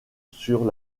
sur